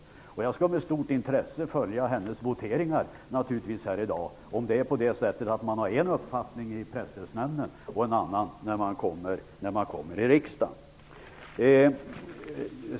Jag skall naturligtvis med stort intresse följa hur hon voterar senare här i dag, för att få reda på om hon har en uppfattning i Presstödsnämnden och en annan i riksdagen.